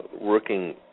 working